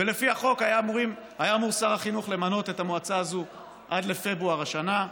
ולפי החוק היה אמור שר החינוך למנות את המועצה הזאת עד לפברואר השנה.